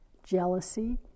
jealousy